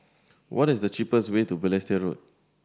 what is the cheapest way to Balestier Road